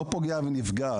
לא פוגע בנפגע.